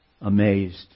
amazed